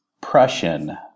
Prussian